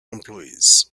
employees